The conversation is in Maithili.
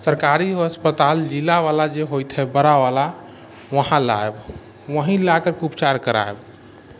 सरकारी अस्पताल जिला बला जे होयत हइ बड़ा बला वहाँ लायब वही लाके उपचार करायब